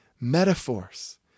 Metaphors